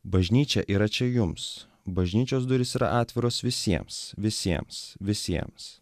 bažnyčia yra čia jums bažnyčios durys yra atviros visiems visiems visiems